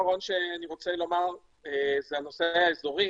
בנושא האזורי